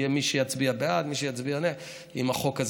יהיה מי שיצביע בעד ויהיה מי שיצביע נגד,